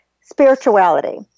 Spirituality